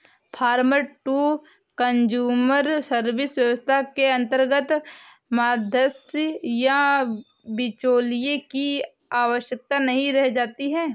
farmer to consumer service व्यवस्था के अंतर्गत मध्यस्थ या बिचौलिए की आवश्यकता नहीं रह जाती है